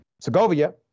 Segovia